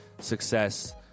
success